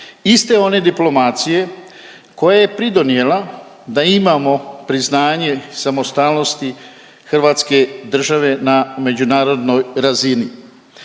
Iste one diplomacije koja je pridonijela da imamo priznanje samostalnosti hrvatske države na međunarodnoj razini.